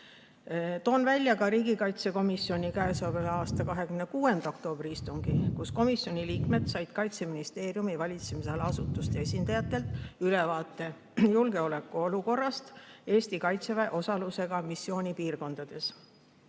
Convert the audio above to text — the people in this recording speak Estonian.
välja ka riigikaitsekomisjoni k.a 26. oktoobri istungi, kus komisjoni liikmed said Kaitseministeeriumi valitsemisala asutuste esindajatelt ülevaate julgeolekuolukorrast Eesti Kaitseväe osalusega missioonipiirkondades.